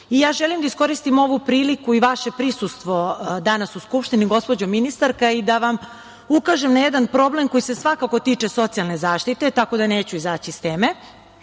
Želim da iskoristim ovu priliku i vaše prisustvo danas u Skupštini, gospođo ministarka, i da vam ukažem na jedan problem koji se svakako tiče socijalne zaštite, tako da neću izaći iz